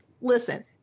Listen